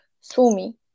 sumi